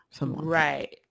Right